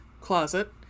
closet